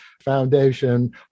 foundation